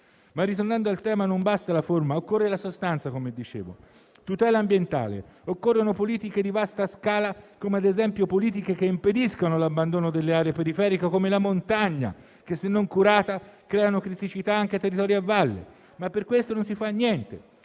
Ritornando al tema, non basta la forma, occorre la sostanza, come dicevo. In tema di tutela ambientale occorrono politiche di vasta scala, che ad esempio impediscano l'abbandono delle aree periferiche come la montagna che, se non curata, crea criticità anche a valle. Per queste, però, non si fa niente.